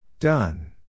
Done